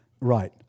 Right